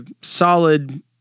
solid